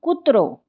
કૂતરો